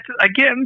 again